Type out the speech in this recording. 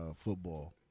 football